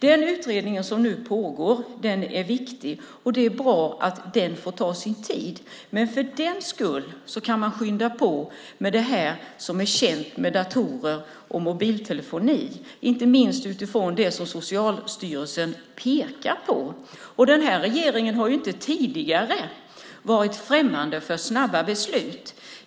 Den utredning som nu pågår är viktig, och det är bra att den får ta sin tid. Men för den skull kan man skynda på med det som är känt med datorer och mobiltelefoni, inte minst utifrån det som Socialstyrelsen pekar på. Den här regeringen har ju inte tidigare varit främmande för snabba beslut.